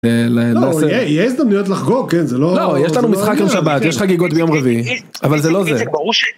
לא. יהיה הזדמנויות לחגוג. כן. יש לנו משחק עם שבת, יש חגיגות ביום רביעי אבל זה לא זה